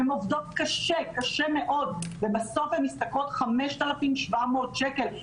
הן עובדות קשה מאוד ובסוף הן משתכרות 5,700 שקלים.